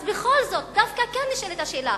אז בכל זאת דווקא כן נשאלת השאלה: